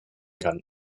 kann